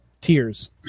Tears